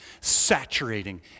saturating